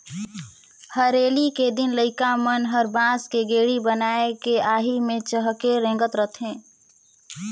हरेली के दिन लइका मन हर बांस के गेड़ी बनायके आही मे चहके रेंगत रथे